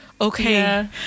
Okay